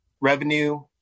revenue